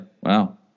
Wow